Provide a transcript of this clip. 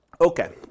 Okay